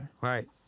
right